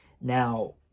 Now